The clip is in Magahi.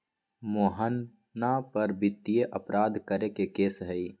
मोहना पर वित्तीय अपराध करे के केस हई